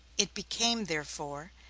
it became, therefore,